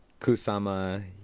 kusama